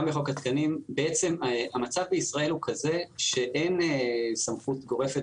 גם בחוק התקנים בעצם המצב בישראל הוא כזה שאין סמכות גורפת